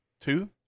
Two